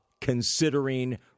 considering